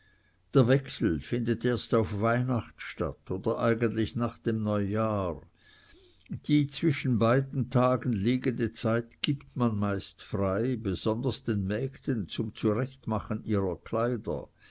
der wechsel findet erst auf weihnacht statt oder eigentlich nach dem neujahr die zwischen beiden tagen liegende zeit gibt man meist frei besonders den mägden zum zurechtmachen ihrer kleider